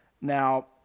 Now